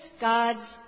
God's